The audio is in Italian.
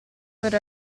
per